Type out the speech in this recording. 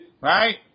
Right